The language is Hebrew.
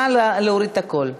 נא להוריד את הקול.